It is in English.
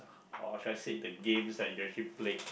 or should I said the games that you actually played